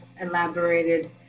elaborated